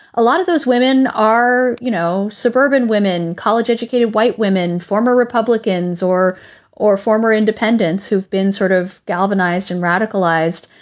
a lot of those women are, you know, suburban women, college educated white women, former republicans or or former independents who've been sort of galvanized and radicalized,